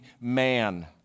man